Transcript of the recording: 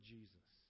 Jesus